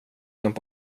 glömt